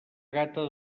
gata